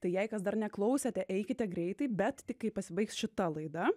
tai jei kas dar neklausėte eikite greitai bet tik kai pasibaigs šita laida